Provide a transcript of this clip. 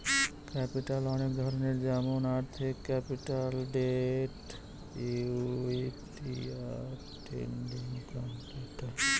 capital অনেক ধরনের যেমন আর্থিক ক্যাপিটাল, ডেট, ইকুইটি, আর ট্রেডিং ক্যাপিটাল